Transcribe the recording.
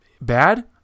bad